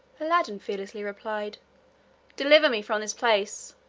aladdin fearlessly replied deliver me from this place!